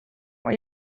what